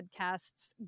podcasts